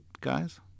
guys